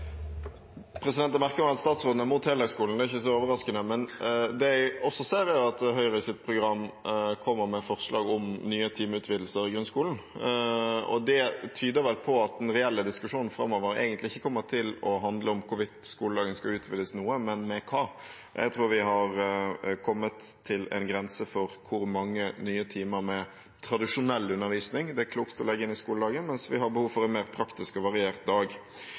Jeg merker meg at statsråden er mot heldagsskolen. Det er ikke så overraskende. Men det jeg også ser, er at Høyres program kommer med forslag om nye timeutvidelser i grunnskolen. Det tyder vel på at den reelle diskusjonen framover egentlig ikke kommer til å handle om hvorvidt skoledagen skal utvides noe, men med hva. Jeg tror vi har kommet til en grense for hvor mange nye timer med tradisjonell undervisning det er klokt å legge inn i skoledagen, mens vi har behov for en mer praktisk og variert dag.